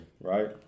right